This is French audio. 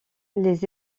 les